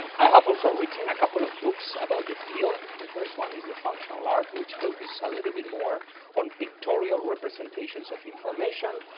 um i have also written a couple of books about the field. the first one is the functional art, which focuses a little bit more on pictorial representations of information.